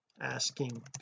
asking